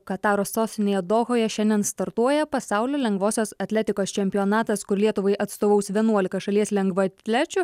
kataro sostinėje dohoje šiandien startuoja pasaulio lengvosios atletikos čempionatas kur lietuvai atstovaus vienuolika šalies lengvaatlečių